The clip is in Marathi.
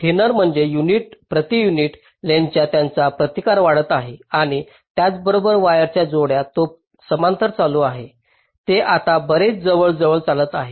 थिनर म्हणजे प्रति युनिट लेंग्थसचा त्यांचा प्रतिकार वाढत आहे आणि त्याचबरोबर वायर्सच्या जोड्या जो समांतर चालू आहे ते आता बरेच जवळजवळ चालत आहेत